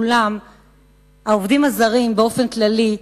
אולם העובדים הזרים באופן כללי,